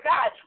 God